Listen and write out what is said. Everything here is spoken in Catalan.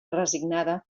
resignada